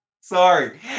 Sorry